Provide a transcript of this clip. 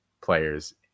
players